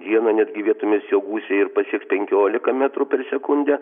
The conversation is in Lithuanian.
dieną netgi vietomis jo gūsiai ir pasieks penkiolika metrų per sekundę